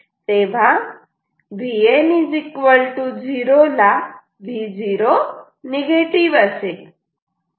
तेव्हा Vn 0 ला Vo negative असेल